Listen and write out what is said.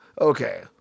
okay